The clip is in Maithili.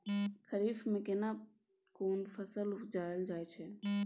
खरीफ में केना कोन फसल उगायल जायत छै?